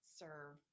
serve